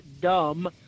dumb